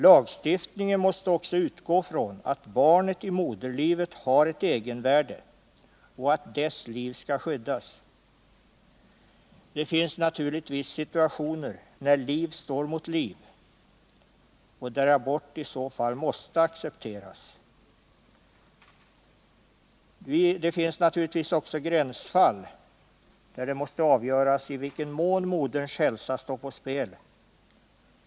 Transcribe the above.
Lagstiftningen måste också utgå från att barnet i moderlivet har ett egenvärde och att dess liv skall skyddas. Det finns naturligtvis situationer när liv står mot liv och där abort i så fall måste accepteras. Det finns naturligtvis gränsfall där det måste avgöras i vilken mån moderns hälsa står på spel.